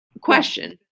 question